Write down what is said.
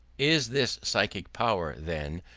is this psychic power, then,